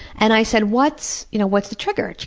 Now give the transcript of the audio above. and i said, what's you know what's the trigger? she